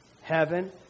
heaven